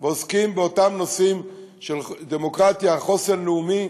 עוסקים באותם נושאים של דמוקרטיה, חוסן לאומי,